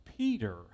Peter